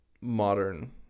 modern